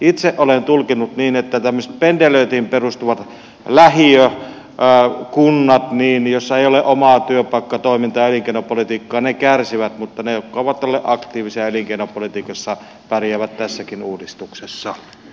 itse olen tulkinnut niin että tällaiset pendelöintiin perustuvat lähiökunnat joissa ei ole omaa työpaikkatoimintaa ja elinkeinopolitiikkaa ne kärsivät mutta ne jotka ovat olleet aktiivisia elinkeinopolitiikassa pärjäävät tässäkin uudistuksessa